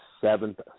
seventh